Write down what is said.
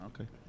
Okay